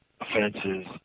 offenses